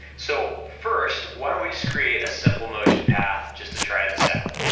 so first, why don't we just create a simple motion path, just to try this out.